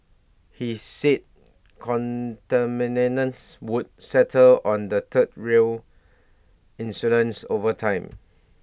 he said contaminants would settle on the third rail insulators over time